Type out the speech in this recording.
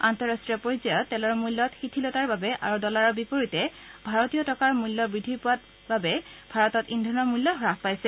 আন্তঃৰাষ্ট্ৰীয় পৰ্যায়ত তেলৰ মূল্যত শিথিলতাৰ বাবে আৰু ডলাৰৰ বিপৰীতে টকাৰ মূল্য বৃদ্ধি পোৱাৰ বাবে ভাৰতত ইন্ধনৰ মূল্য হ্ৰাস পাইছে